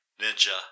Ninja